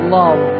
love